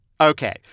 Okay